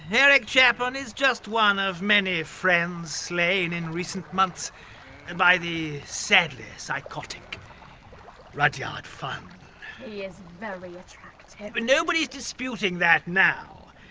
eric chapman is just one of many friends slain in recent months and by the sadly psychotic rudyard funn. he is very nobody's disputing that now,